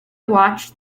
watched